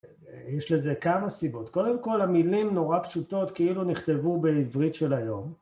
יש לזה כמה סיבות. קודם כל, המילים נורא פשוטות כאילו נכתבו בעברית של היום.